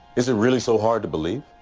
is it really so hard to believe?